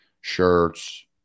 shirts